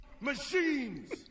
machines